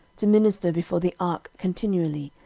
to minister before the ark continually,